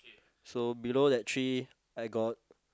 so below that tree I got